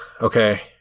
Okay